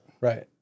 Right